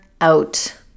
out